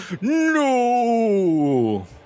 No